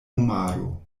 homaro